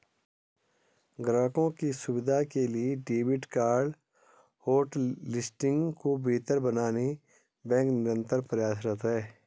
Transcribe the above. ग्राहकों की सुविधा के लिए डेबिट कार्ड होटलिस्टिंग को बेहतर बनाने बैंक निरंतर प्रयासरत है